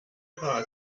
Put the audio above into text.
paar